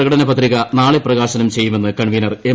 പ്രകടന പത്രിക നാളെ പ്രകാശനം ചെയ്യുമെന്ന് കൺവീനർ എം